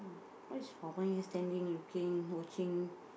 why is standing looking watching